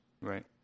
right